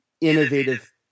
innovative